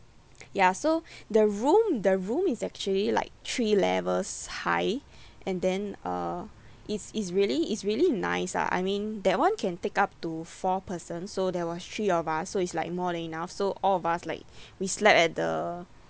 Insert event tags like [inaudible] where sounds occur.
ya so [breath] the room the room is actually like three levels high [breath] and then uh it's it's really it's really nice ah I mean that [one] can take up to four person so there was three of us so it's like more than enough so all of us like [breath] we slept at the